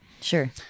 Sure